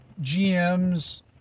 GMs